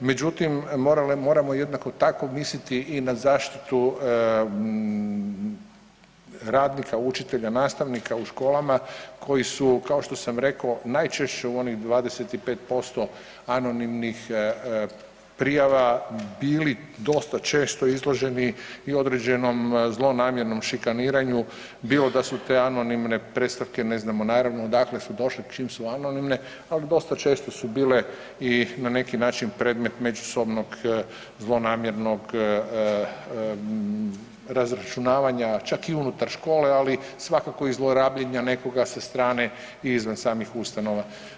Međutim, moramo jednako tako misliti i na zaštitu radnika, učitelja, nastavnika u školama koji su, kao što sam rekao, najčešće u onih 25% anonimnih prijava bili dosta često izloženi i određenom zlonamjernom šikaniranju bilo da su te anonimne predstavke ne znamo naravno odakle su došle čim su anonimne, ali dosta često su bile i na neki način predmet međusobnog zlonamjernog razračunavanja čak i unutar škole, ali svakako i zlorabljenja nekoga sa strane i izvan samih ustanova.